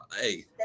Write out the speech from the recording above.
hey